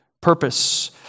purpose